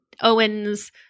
Owen's